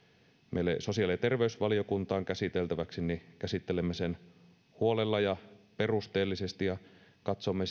meille sosiaali ja terveysvaliokuntaan käsiteltäväksi käsittelemme sen huolella ja perusteellisesti ja katsomme